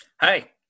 Hi